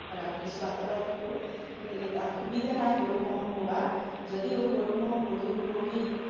পৰা কিছু আঁতৰত থাকোঁ গতিকে তাত সুবিধা নাই গৰু ম'হ পোহাৰ যদিও গৰু ম'হ পুহি পুহি